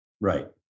right